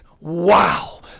Wow